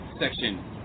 section